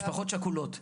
משפחות שכולות.